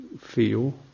feel